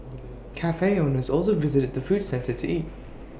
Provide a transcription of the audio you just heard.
Cafe owners also visit the food centre to eat